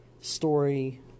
story